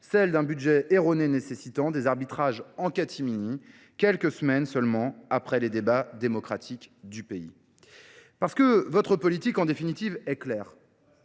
celles d'un budget erroné nécessitant des arbitrages en catimini, quelques semaines seulement après les débats démocratiques du pays. Parce que votre politique en définitive est claire.